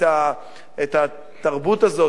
את התרבות הזאת,